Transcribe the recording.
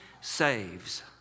saves